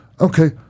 okay